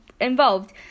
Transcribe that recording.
involved